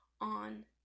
on